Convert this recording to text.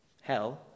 hell